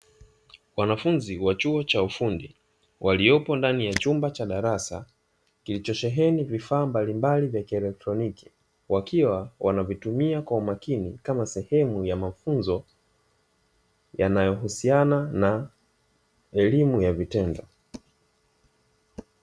Wanafunzi wa chuo cha ufundi waliyopo ndani ya chumba cha darasa kilichosheheni vifaa mbalimbali vya kielektroniki wakiwa wanavitumia kwa umakini kama sehemu ya mafunzo yanayohusiana na elimu ya vitendo.